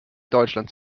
deutschland